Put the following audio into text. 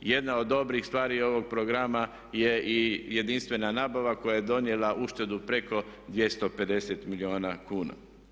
Jedna od dobrih stvari ovog programa je i jedinstvena nabava koja je donijela uštedu preko 250 milijuna kuna.